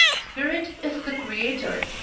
spirit is the creator.